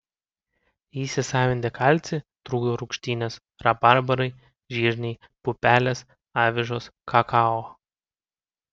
įsisavinti kalcį trukdo rūgštynės rabarbarai žirniai pupelės avižos kakao